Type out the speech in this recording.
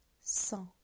Cent